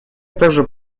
также